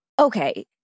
Okay